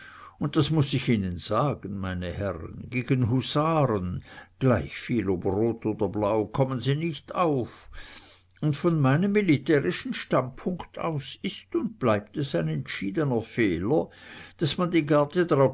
und das muß ich ihnen sagen meine herren gegen husaren gleichviel ob rot oder blau kommen sie nicht auf und von meinem militärischen standpunkt aus ist und bleibt es ein entschiedener fehler daß man die